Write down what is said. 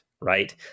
right